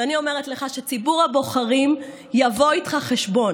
אני אומרת לך שציבור הבוחרים יבוא איתך חשבון.